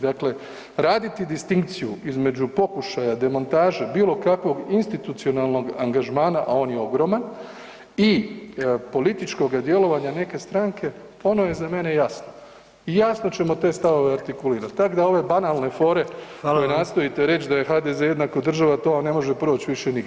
Dakle, raditi distinkciju između pokušaja demontaže bilo kakvog institucionalnog angažmana, a on je ogroman i političkoga djelovanja neke stranke, ono je za mene jasno i jasno ćemo te stavove artikulirati, tako da ove banalne fore koje nastojite [[Upadica: Hvala vam.]] reći da je HDZ jednako država, to vam ne može proći više nigdje.